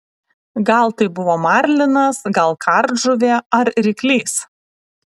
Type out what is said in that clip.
gal tai buvo marlinas gal kardžuvė ar ryklys